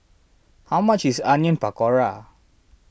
how much is Onion Pakora